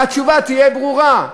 והתשובה תהיה ברורה.